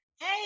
hey